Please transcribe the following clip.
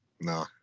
no